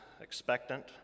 expectant